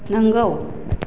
नंगौ